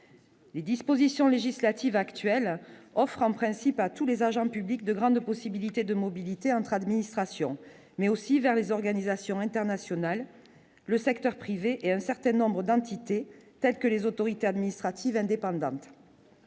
des dispositions législatives actuelles offrent en principe à tous les agents publics de grandes possibilités de mobilise. C'est entre administrations, mais aussi vers les organisations internationales, le secteur privé et un certaine nombre d'entités telles que les autorités administratives indépendantes.